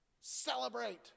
Celebrate